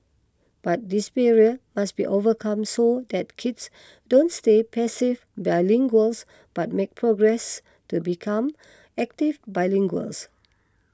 but this barrier must be overcome so that kids don't stay passive bilinguals but make progress to become active bilinguals